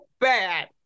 bad